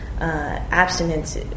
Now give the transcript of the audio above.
abstinence